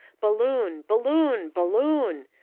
balloon! balloon! balloon!